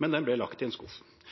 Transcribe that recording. Rapporten ble lagt i en skuff,